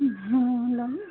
ঘুমোলাম